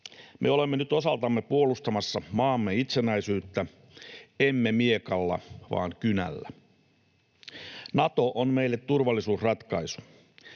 Me olemme nyt osaltamme puolustamassa maamme itsenäisyyttä — emme miekalla, vaan kynällä. Nato on meille turvallisuusratkaisu.